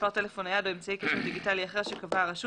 מספר טלפון נייד או אמצעי קשר דיגיטלי אחר שקבעה הרשות